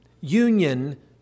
Union